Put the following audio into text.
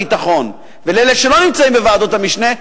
והביטחון ולאלה שלא נמצאים בוועדות המשנה,